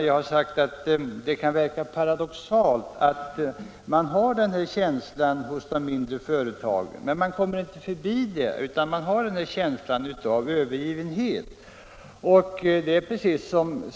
Däremot har jag sagt att det kan verka paradoxalt att den känslan finns hos de mindre företagen — en del förbättrande åtgärder har ju riksdagen medverkat till — men man kommer inte förbi att de har en känsla av att ha blivit övergivna.